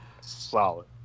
Solid